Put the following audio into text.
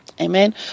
Amen